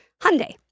Hyundai